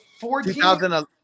2011